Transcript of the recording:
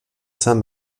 saint